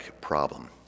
problem